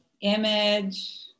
image